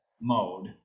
mode